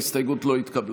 ההסתייגות לא התקבלה.